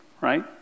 right